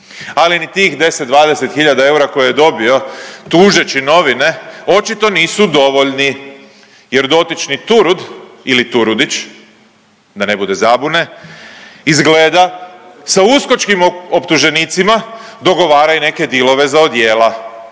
Ali ni tih 10, 20 hiljada eura koje je dobio tužeći novine očito nisu dovoljni jer dotični Turud ili Turudić, da ne bude zabune, izgleda sa uskočkim optuženicima dogovara i neke dilove za odijela.